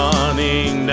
Running